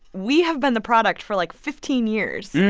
we have been the product for, like, fifteen years.